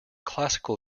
classical